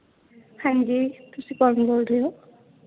ਹਾਂਜੀ ਤੁਸੀਂ ਕੋਣ ਬੋਲ ਰਹੇ ਹੋ